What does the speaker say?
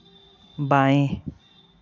बाएँ